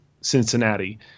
Cincinnati